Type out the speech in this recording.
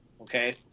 okay